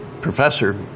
professor